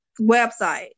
website